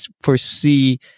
foresee